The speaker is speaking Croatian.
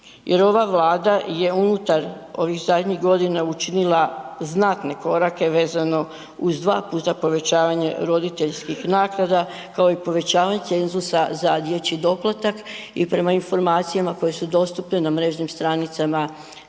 Jer ova Vlada je unutar ovih zadnjih godina učinila znatne korake vezano uz 2 puta povećavanje roditeljskih naknada kao i povećavanje cenzusa za dječji doplatak i prema informacijama koje su dostupne na mrežnim stranicama